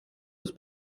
ist